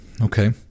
Okay